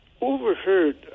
overheard